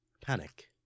Panic